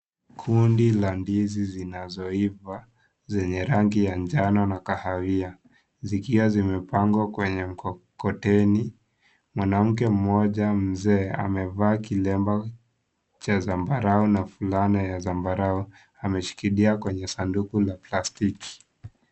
Kundi la ndizi zinazoiva zenye rangi ya njano na kahawia zikiwa zimepangwa kwenye mkokoteni, mwanamke mmoja mzee amevaa kilemba cha zambarau na fulana ya zambarau ameshikilia kwenye sanduku ya plastiki.